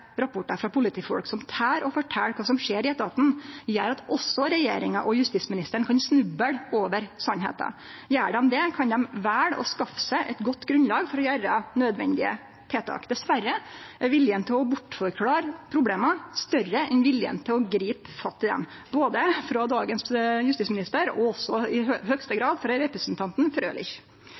rapportar frå politifolk som tør å fortelje kva som skjer i etaten, gjer at også regjeringa og justisministeren kan snuble over sanninga. Gjer dei det, kan dei velje å skaffe seg eit godt grunnlag for å setje inn nødvendige tiltak. Dessverre er viljen til å bortforklare problema større enn viljen til å gripe fatt i dei, både hos dagens justisminister og i høgste grad hos representanten Frølich.